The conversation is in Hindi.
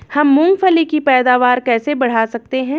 हम मूंगफली की पैदावार कैसे बढ़ा सकते हैं?